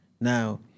Now